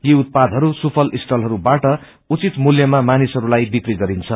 यी उत्पादहरू सुफल स्टालहरूबाट उचित मूल्यमा मानिसहरूलाई विक्री गरिन्छ